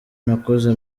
nakoze